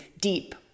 deep